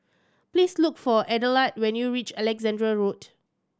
please look for Adelard when you reach Alexandra Road